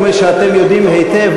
כמו שאתם יודעים היטב,